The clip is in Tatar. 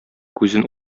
күзен